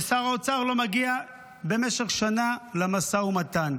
ושר האוצר לא מגיע במשך שנה למשא ומתן.